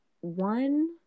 one